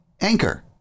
Anchor